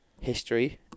history